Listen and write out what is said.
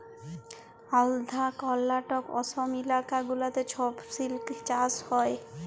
আল্ধ্রা, কর্লাটক, অসম ইলাকা গুলাতে ছব সিল্ক চাষ হ্যয়